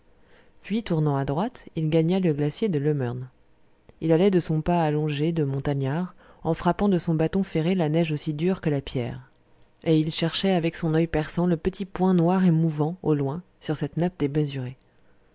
puis tournant à droite il gagna le glacier de loemmern il allait de son pas allongé de montagnard en frappant de son bâton ferré la neige aussi dure que la pierre et il cherchait avec son oeil perçant le petit point noir et mouvant au loin sur cette nappe